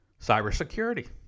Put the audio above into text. cybersecurity